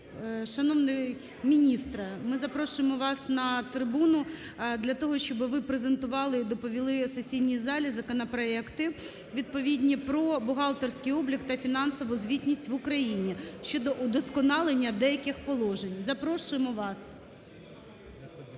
Шановний міністре, ми запрошуємо вас на трибуну для того, щоби ви презентували і доповіли в сесійній залі законопроекти відповідні про бухгалтерський облік та фінансову звітність в Україні щодо удосконалення деяких положень. Запрошуємо вас.